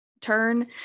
turn